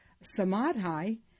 Samadhi